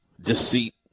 Deceit